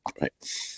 right